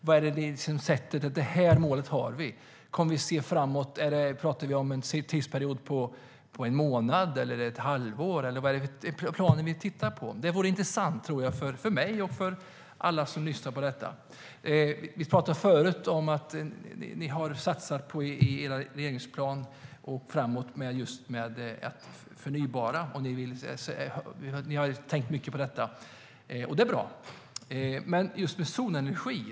Vad är det för mål ni har? Pratar vi om en tidsperiod på en månad, eller är det ett halvår? Vad är planen? Det vore intressant för mig och, tror jag, för alla som lyssnar på detta att få veta det. Vi pratade förut om att ni har satsat i er regeringsplan just på det förnybara. Ni har tänkt mycket på detta. Det är bra.